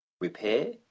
repair